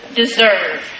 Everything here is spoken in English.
deserve